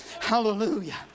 Hallelujah